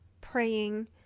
praying